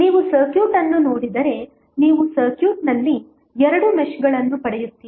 ನೀವು ಸರ್ಕ್ಯೂಟ್ ಅನ್ನು ನೋಡಿದರೆ ನೀವು ಸರ್ಕ್ಯೂಟ್ನಲ್ಲಿ ಎರಡು ಮೆಶ್ಗಳನ್ನು ಪಡೆಯುತ್ತೀರಿ